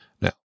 Now